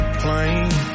plane